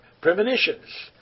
Premonitions